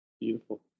Beautiful